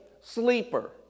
sleeper